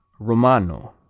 romano,